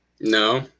No